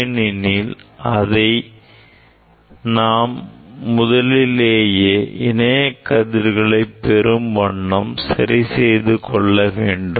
ஏனெனில் அதை நாம் முதலிலேயே இணைகதிர்களை பெறும் வண்ணம் சரி செய்து கொள்ள வேண்டும்